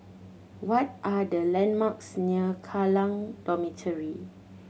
what are the landmarks near Kallang Dormitory